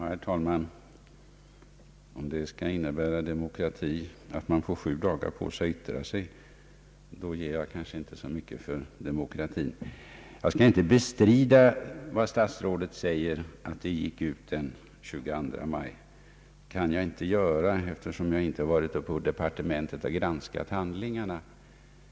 Herr talman! Om det skulle innebära demokrati att man får sju dagar på sig för att avge yttrande, då ger jag kanske inte så mycket för demokratin. Jag kan inte bestrida statsrådets påstående att ärendet gick ut på remiss den 22 maj — det kan jag inte, eftersom jag inte varit på departementet och granskat handlingarna.